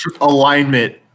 Alignment